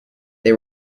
they